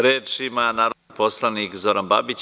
Reč ima narodni poslanik Zoran Babić.